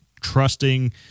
trusting